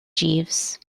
jeeves